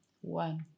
One